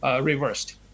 reversed